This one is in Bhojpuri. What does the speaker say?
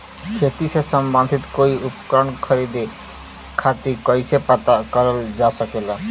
खेती से सम्बन्धित कोई उपकरण खरीदे खातीर कइसे पता करल जा सकेला?